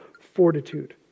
fortitude